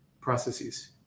processes